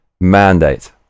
mandate